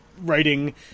writing